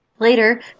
Later